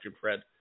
Fred